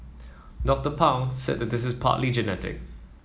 Doctor Pang said this is partly genetic